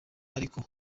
ariko